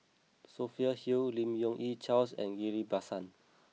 Sophia Hull Lim Yong Yi Charles and Ghillie Basan